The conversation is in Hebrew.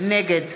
נגד